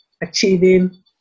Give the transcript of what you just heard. achieving